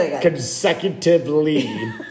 consecutively